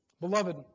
Beloved